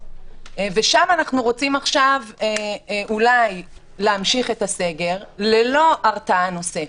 ושם אנחנו רוצים עכשיו אולי להמשיך את הסגר ללא הרתעה נוספת.